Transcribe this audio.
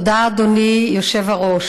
תודה, אדוני היושב-ראש.